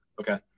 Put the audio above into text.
Okay